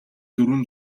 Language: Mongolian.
дөрвөн